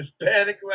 Hispanic